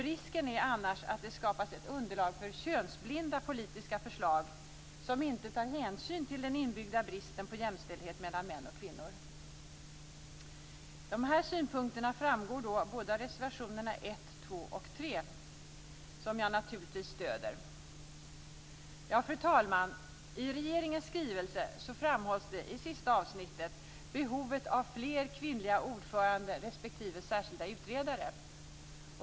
Risken är annars att det skapas ett underlag för könsblinda politiska förslag som inte tar hänsyn till den inbyggda bristen på jämställdhet mellan män och kvinnor. Dessa synpunkter framgår av reservationerna 1, 2 och 3, vilka jag naturligtvis stöder. Fru talman! I regeringens skrivelse framhålls i sista avsnittet behovet av fler kvinnliga ordföranden respektive särskilda utredare.